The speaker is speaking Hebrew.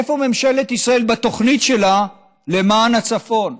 איפה ממשלת ישראל בתוכנית שלה למען הצפון?